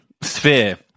sphere